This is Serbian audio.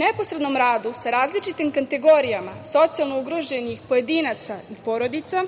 neposrednom radu sa različitim kategorijama socijalno ugroženih pojedinaca i porodica